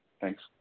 Thanks